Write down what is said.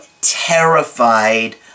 terrified